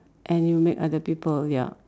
and you make other people ya